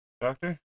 doctor